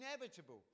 inevitable